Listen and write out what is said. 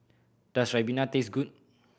does ribena taste good